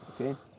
Okay